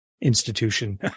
institution